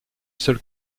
seul